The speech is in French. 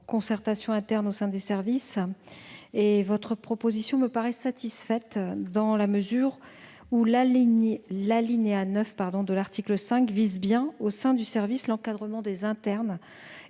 concertation menée au sein des services. Or cette préoccupation me paraît satisfaite : l'alinéa 9 de l'article 5 vise bien, au sein du service, l'encadrement des internes